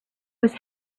was